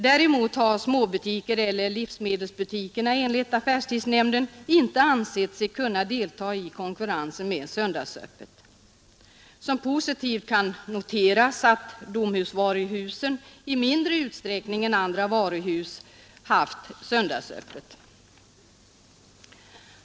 Däremot har småbutikerna eller livsmedelsbutikerna enligt affärstidsnämnden inte ansett sig kunna delta i konkurrensen i söndagsöppet. Som positivt kan noteras att Domusvaruhusen i mindre utsträckning än andra varuhus haft söndagsöppet.